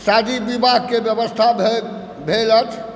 शादी विवाहके व्यवस्था भेल अछि